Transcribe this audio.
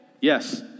Yes